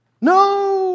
No